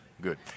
Good